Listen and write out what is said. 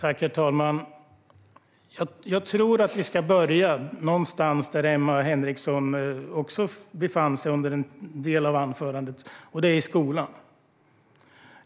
Herr talman! Jag tror att vi ska börja någonstans där Emma Henriksson befann sig under en del av anförandet, och det är i skolan.